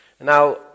Now